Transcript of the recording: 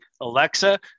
Alexa